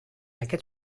aquest